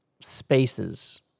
spaces